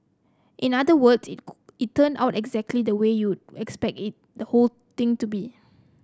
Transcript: in other words it it turned out exactly the way you'd expect the whole thing to be